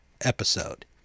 episode